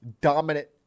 dominant